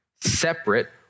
separate